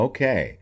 Okay